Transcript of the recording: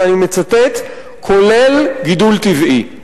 ואני מצטט: כולל גידול טבעי.